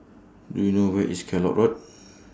Do YOU know Where IS Kellock Road